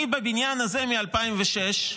אני בבניין הזה מ-2006,